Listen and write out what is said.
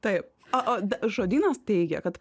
taip o žodynas teigia kad